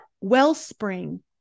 wellspring